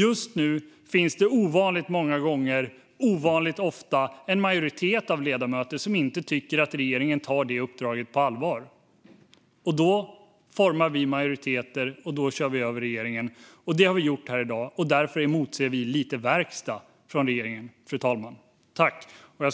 Just nu finns det ovanligt ofta en majoritet av ledamöter som inte tycker att regeringen tar uppdraget på allvar. Då formar vi majoriteter, och då kör vi över regeringen. Fru talman! Det har vi gjort här i dag. Därför ser vi fram mot lite verkstad från regeringen. Jag